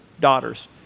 Daughters